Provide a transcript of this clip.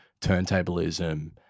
turntablism